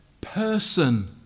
person